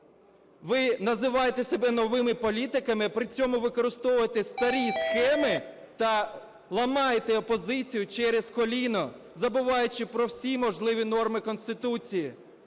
Ви називаєте себе новими політиками, а при цьому використовуєте старі схеми та ламаєте опозицію через коліно, забуваючи про всі можливі норми Конституції.